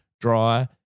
dry